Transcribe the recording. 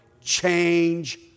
change